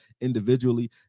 individually